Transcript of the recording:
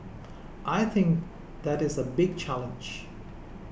I think that is a big challenge